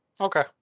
Okay